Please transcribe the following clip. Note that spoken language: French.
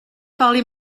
parler